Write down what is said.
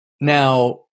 Now